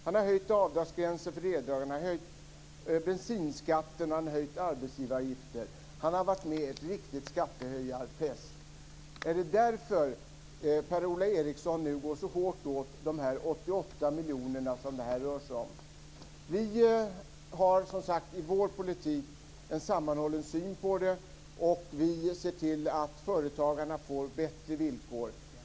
Han har höjt avdragsgränsen för eldragning, han har höjt bensinskatten och arbetsgivareavgifterna. Han har varit med på en riktig skattehöjarfest. Är det därför Per-Ola Eriksson nu går så hårt åt de 88 miljonerna som detta rör sig om? Vi har, som sagt, i vår politik en sammanhållen syn på detta och ser till att företagarna får bättre villkor.